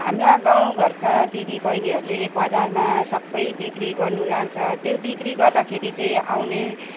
हाम्रा गाउँघरका दिदीबहिनीहरूले बजारमा सबै बिक्री गर्नु लान्छ त्यो बिक्री गर्दाखेरि चाहिँ आउने